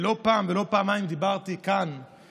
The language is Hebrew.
לא פעם ולא פעמיים דיברתי כאן על